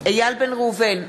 איל בן ראובן,